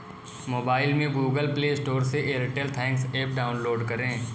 mobile में Google Play Store से Airtel Thanks app download करें